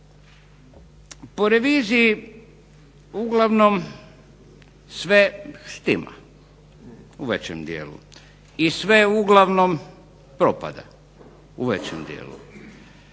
Po reviziji uglavnom sve štima. U većem dijelu. I sve uglavnom propada u većem dijelu.